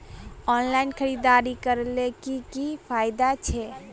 Online खरीदारी करले की की फायदा छे?